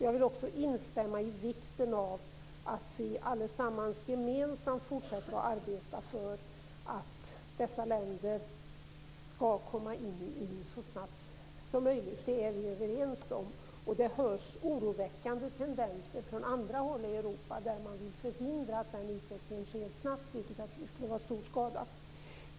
Jag vill också instämma i vikten av att vi alla gemensamt fortsätter att arbeta för att dessa länder skall komma in i EU så snabbt som möjligt. Det är vi överens om. Det hörs oroväckande tendenser från andra håll i Europa, där man vill förhindra att den utvecklingen sker snabbt. Det tycker jag skulle vara stor skada.